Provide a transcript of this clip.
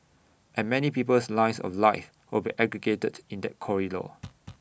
and many people's lines of life will be aggregated in that corridor